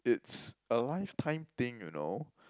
it's a lifetime thing you know